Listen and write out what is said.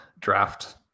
draft